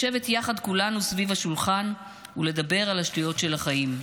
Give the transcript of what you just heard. לשבת יחד כולנו סביב השולחן ולדבר על השטויות של החיים.